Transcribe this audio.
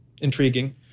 intriguing